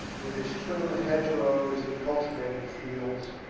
with its trim hedgerows and cultivated fields,